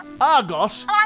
Argos